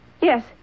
Yes